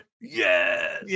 Yes